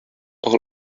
all